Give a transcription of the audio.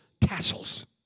tassels